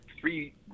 three